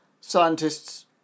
scientists